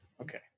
Okay